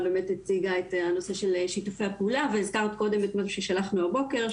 הציגה את הנושא של שיתופי הפעולה ואת הזכרת קודם את מה ששלחנו הבוקר,